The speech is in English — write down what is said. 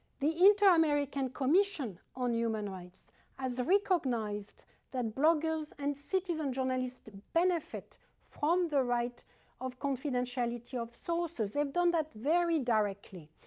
the inter-american commission on human rights has recognized that bloggers and citizen journalists benefit from the right of confidentiality of sources. they've done that very directly,